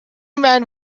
men